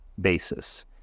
Basis